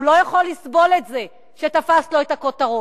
הוא לא יכול לסבול את זה שתפסת לו את הכותרות,